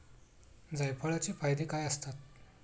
जायफळाचे फायदे काय असतात?